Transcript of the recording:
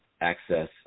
access